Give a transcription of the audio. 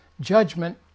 judgment